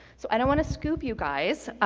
so i don't want to scoop you guys,